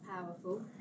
powerful